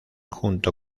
junto